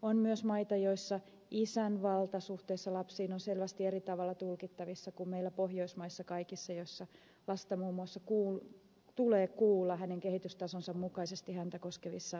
on myös maita joissa isän valta suhteessa lapsiin on selvästi eri tavalla tulkittavissa kuin meillä kaikissa pohjoismaissa joissa lasta muun muassa tulee kuulla hänen kehitystasonsa mukaisesti häntä koskevissa asioissa